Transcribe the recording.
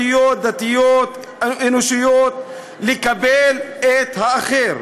האם השרה, מן הצד האחר,